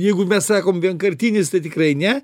jeigu mes sakom vienkartinis tai tikrai ne